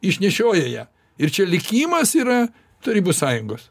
išnešioja ją ir čia likimas yra tarybų sąjungos